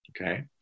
Okay